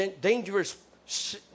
dangerous